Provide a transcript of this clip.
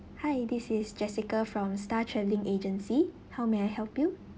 hi this is jessica from star travelling agency how may I help you